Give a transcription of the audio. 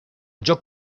joc